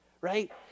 right